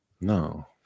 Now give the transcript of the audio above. no